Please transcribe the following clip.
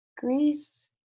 Greece